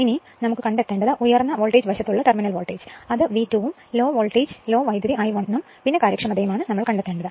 അതിനാൽ ഉയർന്ന വോൾട്ടേജ് വശത്തുള്ള ടെർമിനൽ വോൾട്ടേജ് നമ്മൾ കണ്ടെത്തണം അത് വി 2 ഉം ലോ വോൾട്ടേജ് ലോ കറന്റും I1 ഉം പിന്നെ കാര്യക്ഷമതയുമാണ് നമ്മൾ കണ്ടെത്തേണ്ടത്